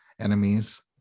enemies